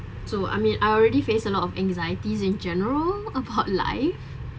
so I mean I already face a lot of anxieties in general upon life